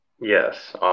Yes